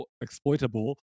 exploitable